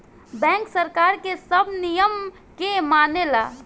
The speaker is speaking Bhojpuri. बैंक सरकार के सब नियम के मानेला